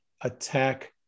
attack